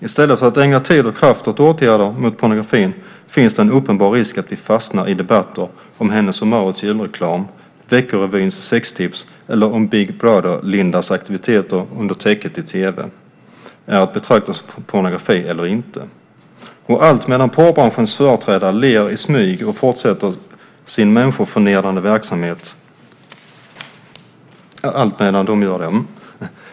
I stället för att ägna tid och kraft åt åtgärder mot pornografin finns det en uppenbar risk att vi fastnar i debatter om ifall Hennes & Mauritz julreklam, Vecko-Revyns sextips eller Big Brother-Lindas aktiviteter under täcket i tv är att betrakta som pornografi eller inte, alltmedan porrbranschens företrädare ler i mjugg och fortsätter sin människoförnedrande verksamhet.